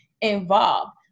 involved